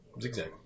zigzag